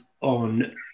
on